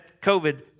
covid